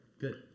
good